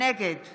נגד